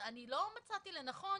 אז אני אדם מאמין,